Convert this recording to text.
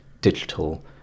digital